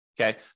Okay